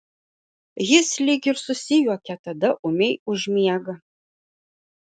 jis lyg ir susijuokia tada ūmiai užmiega